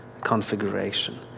configuration